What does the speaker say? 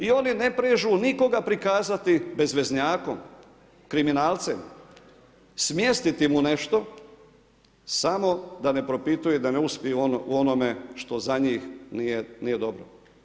I oni ne prežu nikoga prikazati bezveznjakom, kriminalcem, smjestiti mu nešto samo da ne propituje da ne uspije u onome što za njih nije dobro.